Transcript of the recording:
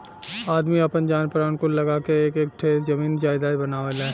आदमी आपन जान परान कुल लगा क एक एक ठे जमीन जायजात बनावेला